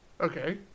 Okay